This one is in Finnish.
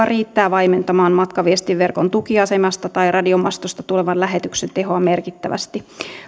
riittää vaimentamaan matkaviestinverkon tukiasemasta tai radiomastosta tulevan lähetyksen tehoa merkittävästi